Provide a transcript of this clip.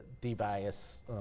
de-bias